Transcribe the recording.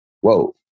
whoa